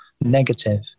negative